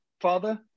father